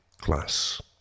class